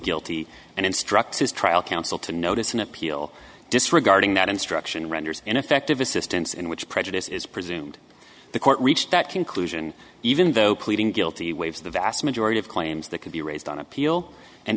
guilty and instructs his trial counsel to notice an appeal disregarding that instruction rendered ineffective assistance in which prejudice is presumed the court reached that conclusion even though pleading guilty waive the vast majority of claims that could be raised on appeal and